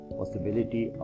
possibility